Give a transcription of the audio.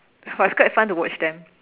but it's quite fun to watch them